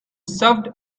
served